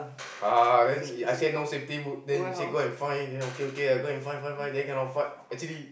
uh then I say no safety boots then he say go and find then okay okay I go and find find find then cannot find actually